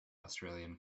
australian